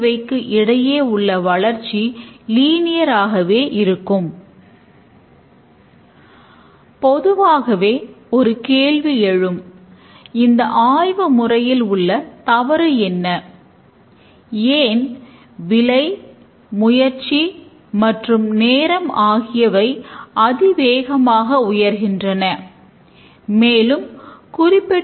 இதன் இறுதியில் நன்கு பிரிக்கப்பட்ட தொகுப்பான செயல்பாடுகளை நாம் கொண்டிருப்போம்